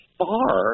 far